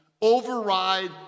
override